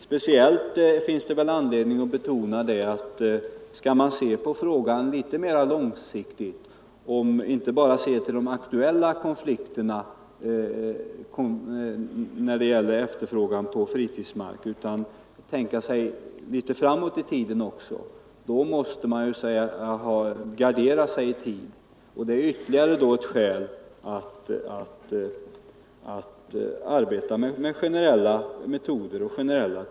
Speciellt finns det anledning att betona att man mera långsiktigt, om man inte bara ser till de aktuella konflikterna när det gäller efterfrågan på fritidsmark, måste gardera sig i tid. Det är då ytterligare ett skäl att arbeta med generella metoder och tumregler.